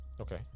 Okay